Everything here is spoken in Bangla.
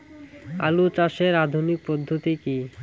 আলু চাষের আধুনিক পদ্ধতি কি?